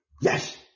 Yes